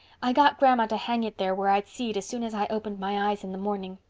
i got grandma to hang it there where i'd see it as soon as i opened my eyes in the morning.